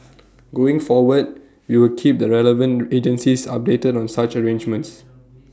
going forward we will keep the relevant agencies updated on such arrangements